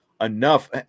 enough